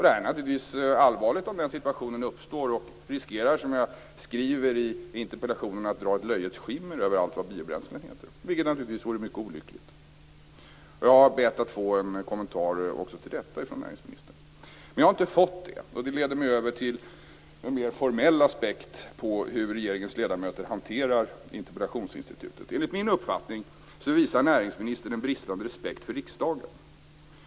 Det är naturligtvis allvarligt om denna situation uppstår, och den riskerar - som jag skrev i min interpellation - att dra ett löjets skimmer över allt vad biobränslen heter - vilket naturligtvis vore mycket olyckligt. Jag har bett att få en kommentar också till detta av näringsministern. Men jag har inte fått det, och det leder mig över till en mer formell aspekt på hur regeringens ledamöter hanterar interpellationsinstitutet. Enligt min uppfattning visar näringsministern en bristande respekt för riksdagen.